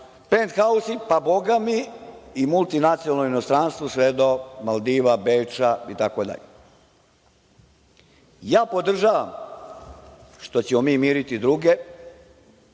„pent hausi“, pa boga mi i multinacionalni u inostranstvu, sve do Maldiva, Beča itd. Podržavam što ćemo mi miriti druge,